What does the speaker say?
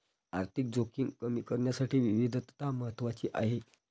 आर्थिक जोखीम कमी करण्यासाठी विविधता महत्वाची आहे